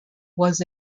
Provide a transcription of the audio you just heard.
was